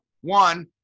one